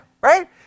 right